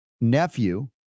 nephew